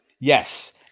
Yes